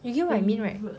you get what I mean right